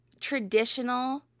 traditional